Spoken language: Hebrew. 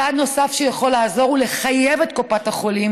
צעד נוסף שיכול לעזור הוא לחייב את קופות החולים